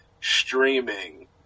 Streaming